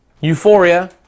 euphoria